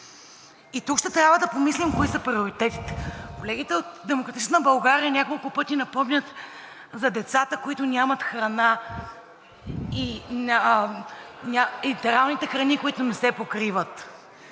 И тук ще трябва да помислим кои са приоритетите. Колегите от „Демократична България“ няколко пъти напомнят за децата, които нямат храна и ентералните храни, които не се покриват.